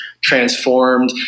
transformed